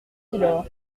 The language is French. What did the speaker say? nilor